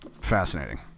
fascinating